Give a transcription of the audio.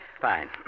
Fine